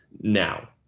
Now